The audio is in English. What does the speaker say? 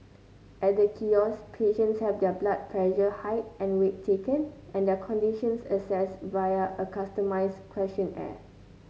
at the kiosk patients have their blood pressure height and weight taken and their conditions assessed via a customised questionnaire